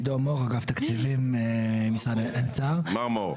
עידו מור אגף תקציבים משרד האוצר,